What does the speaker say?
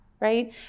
Right